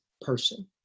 person